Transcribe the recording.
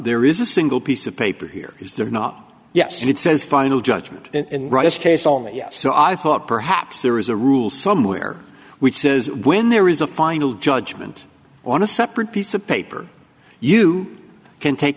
there is a single piece of paper here is there not yes and it says final judgment in rights case only so i thought perhaps there is a rule somewhere which says when there is a final judgment on a separate piece of paper you can take